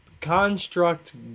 construct